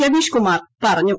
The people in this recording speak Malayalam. രവീഷ്കുമാർ പറഞ്ഞു